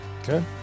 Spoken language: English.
Okay